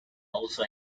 also